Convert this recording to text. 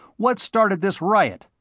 what started this riot?